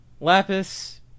Lapis